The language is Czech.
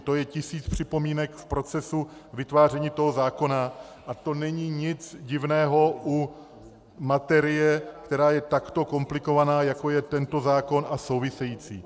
To je tisíc připomínek v procesu vytváření toho zákona a to není nic divného u materie, která je takto komplikovaná, jako je tento zákon a související.